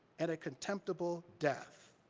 and a contemptible death.